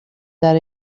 that